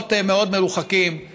במקומות מאוד מרוחקים,